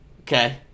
Okay